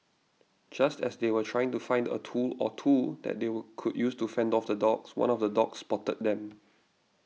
just as they were trying to find a tool or two that they would could use to fend off the dogs one of the dogs spotted them